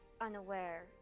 unaware